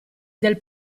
del